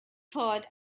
herd